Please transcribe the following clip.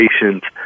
patients